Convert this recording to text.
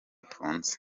ifunze